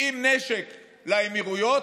עם נשק לאמירויות,